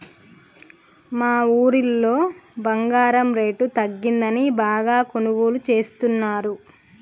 మా ఊరోళ్ళు బంగారం రేటు తగ్గిందని బాగా కొనుగోలు చేస్తున్నరు